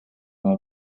oma